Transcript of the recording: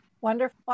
Wonderful